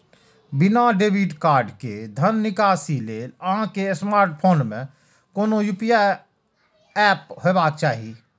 बिना debit card के धन निकासी लेल अहां के स्मार्टफोन मे कोनो यू.पी.आई एप हेबाक चाही